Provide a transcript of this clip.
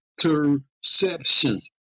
interceptions